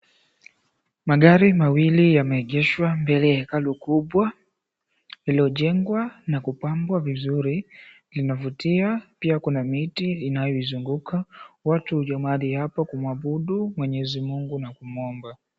Magari mawili yameegeshwa mbele hekalu kubwa, iliyojengwa na kupambwa vizuri, linavutia. Pia kuna miti inayoizunguka. Watu huja mahali hapa, kumwabudu Mwenyezi Mungu na kumuomba.